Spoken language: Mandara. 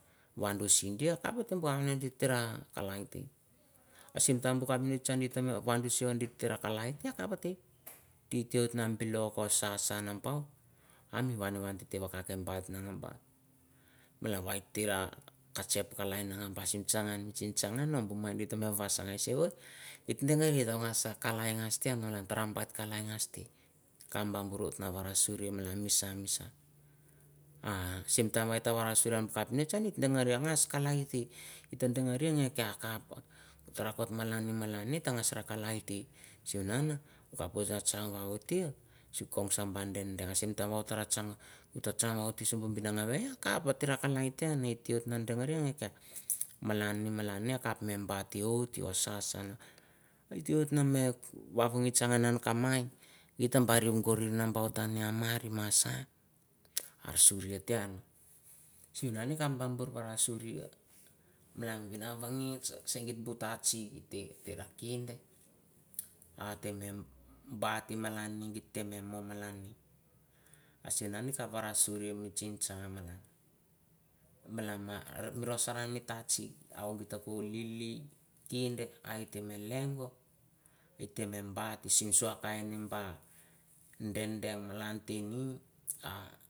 Wan da sihgi ha dih ehborr woh nenghi, giteh rah kalai teh, ah simtime buh capnist hiyan dih teh meh wahn dih shi dih teh rah kalai teh akaph teh dih teh wehet moh bilok oh noh shasah nambaut ah mi whan whan titeh wahn cah cah nambaut mangbah malan wai heteh rah carh ceph kalai mang bah sim chang gah buh mai meh wasgaih sewah. Hit dangereh tah wasah gai kalai gash teh han hita malan trah beht kalai gash teh hita kaph bah burr whait nah wara suhri malan mishnoh mish nah. Ah sim time who heta wara suhri buh kapnist ahn at dangereh gash kalai teh hite dangereh ghe chiah sikaph ta rakot malaneh, malaneh tah gas rah kalai teh sehmunan kaph wain nah tsang wah wohot teh. Sicong sho boh dang dang. Ah sim time oh tarah tsang hota tsang hoteh suwah won noh gang weh a kaph hate rah kalai teh han oh teh wit nah dangereh geh kiyah, malani, malani kaph meh bot yohte, oh sha sha hite waiht nah meh wahwa gaist gan han kamai. Hita barri ghorr nambaut han yan marr massah arr suri teh han. Simu nan eh kaph kah bah burr wara suhri malan win nah wah gaist seng git buh tah tsik tarr rah kin ateh meh bah malan, mi giteh meh monh ah sinah akaph rah suhri ani tsing, tsang malan, rosorr hiyan mi tak chik auh git toko lili kinh hete meh leng goh hiteh meh bat sim suah kain wah dang, dand malan yau teh mi oh.